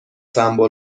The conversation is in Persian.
سمبل